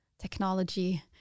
technology